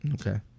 Okay